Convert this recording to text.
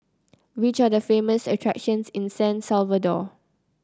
which are the famous attractions in San Salvador